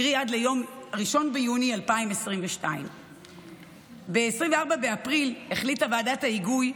קרי עד ליום 1 ביוני 2022. ב-24 באפריל החליטה ועדת ההיגוי,